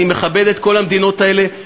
אני מכבד את כל המדינות האלה,